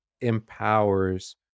empowers